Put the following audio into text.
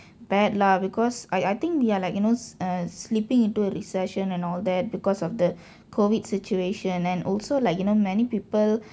bad lah because I I think we are like you know uh slipping into recession and all that because of the COVID situation and also like you know many people